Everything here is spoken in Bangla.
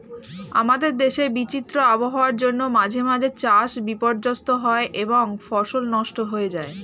আমাদের দেশে বিচিত্র আবহাওয়ার জন্য মাঝে মাঝে চাষ বিপর্যস্ত হয় এবং ফসল নষ্ট হয়ে যায়